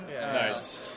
Nice